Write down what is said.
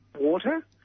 water